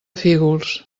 fígols